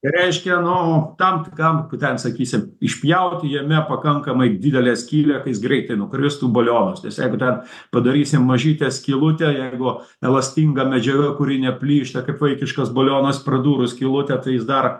reiškia nu tam tam ten sakysim išpjauti jame pakankamai didelę skylę ka jis greitai nukristų balionas nes jeigu ten padarysim mažytę skylutę jeigu elastinga medžiaga kuri neplyšta kaip vaikiškas balionas pradūrus skylutę tai jis dar